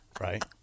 Right